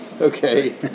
okay